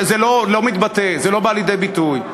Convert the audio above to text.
זה לא בא לידי ביטוי.